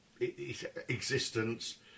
existence